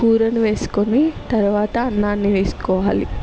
కూరలు వేసుకుని తర్వాత అన్నాన్ని వేసుకోవాలి